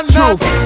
Truth